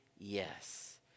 Yes